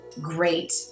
great